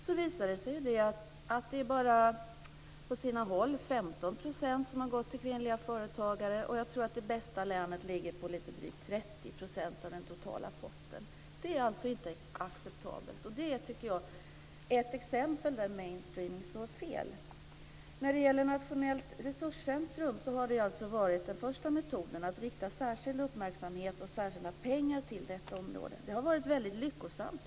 Det visar sig att det på sina håll bara är 15 % som gått till kvinnliga företagare. Det bästa länet ligger på lite drygt 30 % av den totala potten. Det är alltså inte acceptabelt. Det tycker jag är ett exempel där main streaming slår fel. När det gäller Nationellt resurscentrum har den första metoden varit att rikta särskild uppmärksamhet på och särskilda pengar till detta område. Det har varit mycket lyckosamt.